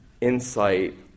insight